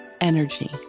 energy